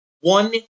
one